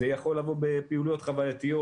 זה יכול לבוא בפעילויות חווייתיות,